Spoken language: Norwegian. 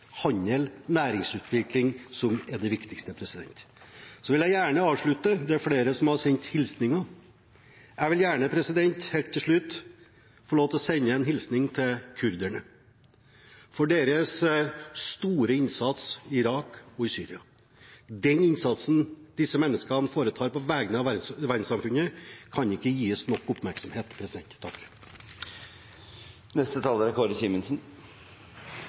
handel og næringsutvikling som er det viktigste. Det er flere som har sendt hilsninger. Jeg vil gjerne – helt til slutt – få lov til å sende en hilsning til kurderne for deres store innsats i Irak og i Syria. Den innsatsen disse menneskene gjør på vegne av verdenssamfunnet, kan ikke gis nok oppmerksomhet. Regjeringen Solberg forankrer i hovedsak sin nordområdepolitikk der regjeringen Stoltenberg avsluttet høsten 2013. Det er